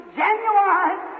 genuine